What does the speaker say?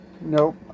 Nope